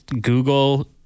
Google